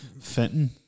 Fenton